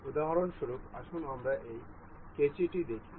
উদাহরণস্বরূপ আসুন আমরা এই কাঁচিটি দেখি